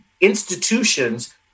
institutions